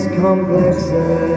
complexes